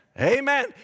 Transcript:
Amen